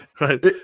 Right